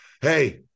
Hey